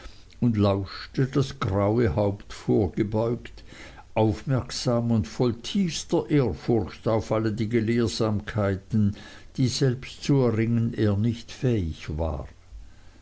und lauschte das graue haupt vorgebeugt aufmerksam und voll tiefster ehrfurcht auf alle die gelehrsamkeiten die selbst zu erringen er nicht fähig war